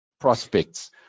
prospects